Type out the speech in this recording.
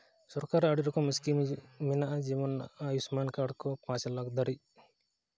ᱥᱚᱨᱠᱟᱨᱟᱜ ᱟᱹᱰᱤ ᱨᱚᱠᱚᱢ ᱥᱠᱤᱢ ᱢᱮᱱᱟᱜᱼᱟ ᱡᱮᱢᱚᱱ ᱟᱹᱭᱩᱥᱢᱟᱱ ᱠᱟᱨᱰ ᱠᱚ ᱯᱟᱸᱪ ᱞᱟᱠᱷ ᱫᱷᱟᱹᱵᱤᱡ